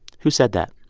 who said that?